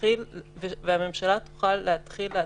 והממשלה תוכל להתקין תקנות.